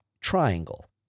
triangle